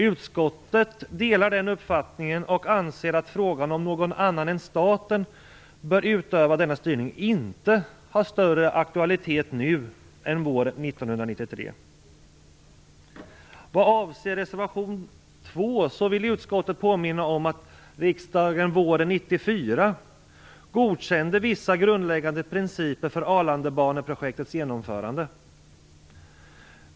Utskottet delar den uppfattningen och anser att frågan, om någon annan än staten bör utöva denna styrning, inte har större aktualitet nu än våren Vad avser reservation 2 vill utskottet påminna om att riksdagen våren 1994 godkände vissa grundläggande principer för Arlandabaneprojektets genomförande.